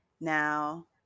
Now